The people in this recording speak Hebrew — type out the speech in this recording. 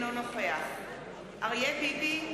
אינו נוכח אריה ביבי,